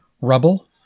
Rubble